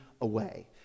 away